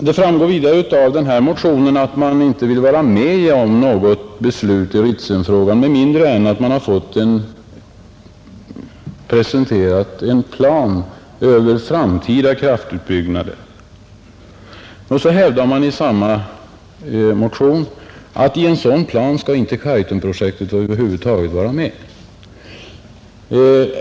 Det framgår vidare av denna centermotion att man inte vill vara med om något beslut i Ritsemfrågan med mindre än att det presenterats en plan över framtida kraftutbyggnader. Samtidigt hävdas i motionen, att Kaitumprojektet över huvud taget inte skall vara med i en sådan plan.